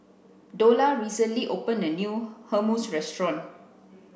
Dola recently opened a new Hummus restaurant